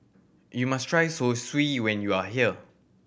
you must try Zosui when you are here